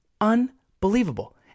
Unbelievable